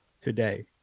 today